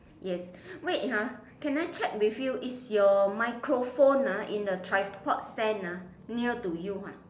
yes wait ah can I check with you is your microphone ah in the tripod stand ah near to you ah